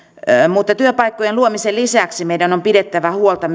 mutta työpaikkojen luomisen lisäksi meidän on myös pidettävä huolta